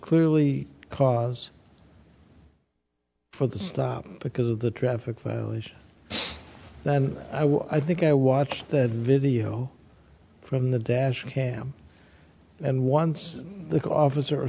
clearly cause for the stop because of the traffic violation and i will i think i watched the video from the dash cam and once the officer